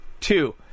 Two